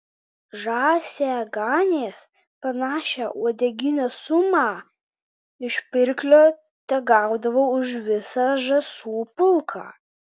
žąsiaganės panašią uodeginės sumą iš pirklio tegaudavo už visą žąsų pulką